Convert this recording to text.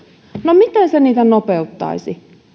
no miten se niitä nopeuttaisi